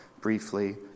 briefly